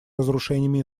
разрушениями